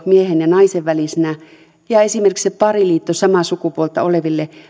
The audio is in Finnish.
miehen ja naisen välisenä ja esimerkiksi sen pariliiton samaa sukupuolta oleville